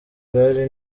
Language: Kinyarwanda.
bwari